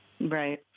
Right